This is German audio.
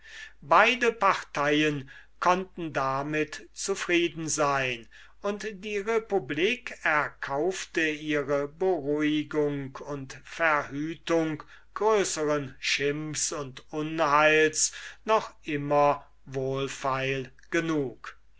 beide parteien konnten damit zufrieden sein und die republik erkaufte ihre beruhigung und verhütung größeren schimpfs und unheils noch immer wohlfeil genug